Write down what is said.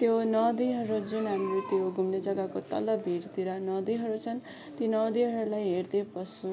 त्यो नदीहरू जुन हाम्रो त्यो घुम्ने जग्गाको तल भिरतिर नदीहरू छन् ती नदीहरूलाई हेर्दै बस्छु